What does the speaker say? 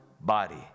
body